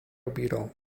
beetle